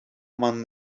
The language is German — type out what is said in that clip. man